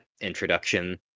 introduction